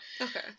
Okay